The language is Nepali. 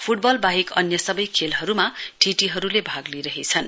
फुटबल बाहेक अन्य सबै खेलहरूमा ठिटीहरूले भाग लिइरहेछन्